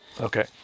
Okay